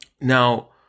Now